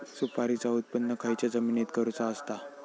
सुपारीचा उत्त्पन खयच्या जमिनीत करूचा असता?